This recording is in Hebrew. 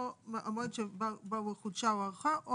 או המועד שבו חודשה או הוארכה,